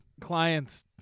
clients